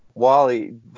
Wally